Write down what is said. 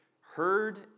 heard